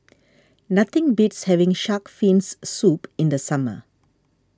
nothing beats having Shark's Fins Soup in the summer